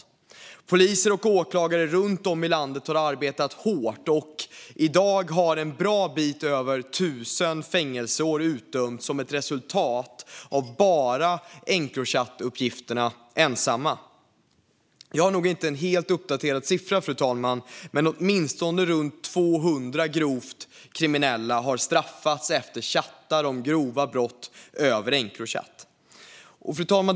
Poliser och åklagare runt om i landet har arbetat hårt, och i dag har en bra bit över 1 000 fängelseår utdömts som ett resultat av bara Encrochatuppgifterna. Jag har nog inte en helt uppdaterad siffra, fru talman, men åtminstone runt 200 grovt kriminella har straffats efter chattar om grova brott över Encrochat. Fru talman!